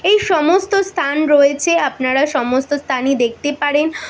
এই সমস্ত স্থান রয়েছে আপনারা সমস্ত স্থানই দেখতে পারেন